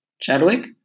Chadwick